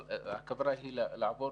אבל הכוונה היא לעבור